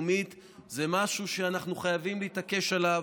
אנחנו פה בתקופת זמן קצרה,